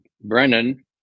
Brennan